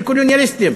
של קולוניאליסטים,